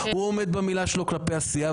הוא עומד במילה שלו כלפי הסיעה,